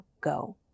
go